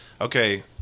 Okay